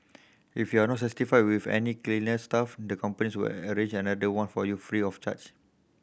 if you are not satisfied with any cleaner staff the companies will arrange another one for you free of charge